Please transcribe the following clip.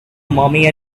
mommy